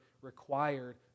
required